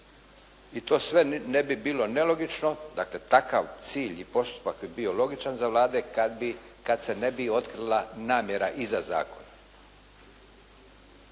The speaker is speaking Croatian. i to sve ne bi bilo nelogično, dakle takav cilj i postupak bi bio logičan za Vlade, kada se ne bi otkrila namjera iza zakona.